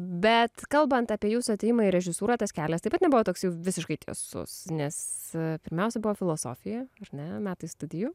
bet kalbant apie jūsų atėjimą į režisūrą tas kelias taip pat nebuvo toks jau visiškai tiesus nes pirmiausia buvo filosofija ar ne metai studijų